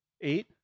Eight